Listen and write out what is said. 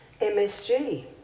MSG